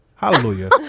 Hallelujah